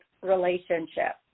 relationship